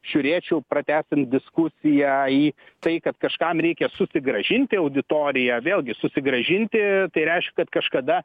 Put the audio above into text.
žiūrėčiau pratęsiant diskusiją į tai kad kažkam reikia susigrąžinti auditoriją vėlgi susigrąžinti tai reiškia kad kažkada